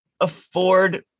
afford